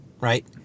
right